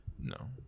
No